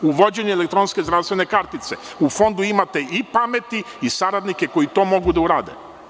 Uvođenje elektronske zdravstvene kartice u Fondu imate i pameti i saradnike koji to mogu da urade.